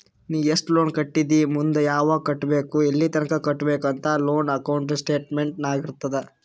ನೀ ಎಸ್ಟ್ ಲೋನ್ ಕಟ್ಟಿದಿ ಮುಂದ್ ಯಾವಗ್ ಕಟ್ಟಬೇಕ್ ಎಲ್ಲಿತನ ಕಟ್ಟಬೇಕ ಅಂತ್ ಲೋನ್ ಅಕೌಂಟ್ ಸ್ಟೇಟ್ಮೆಂಟ್ ನಾಗ್ ಇರ್ತುದ್